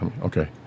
okay